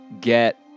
get